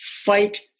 fight